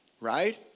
Right